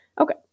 okay